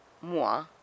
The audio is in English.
moi